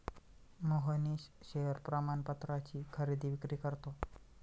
Mohnish share प्रमाणपत्राची खरेदी विक्री करतो